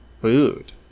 food